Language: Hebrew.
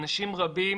אנשים רבים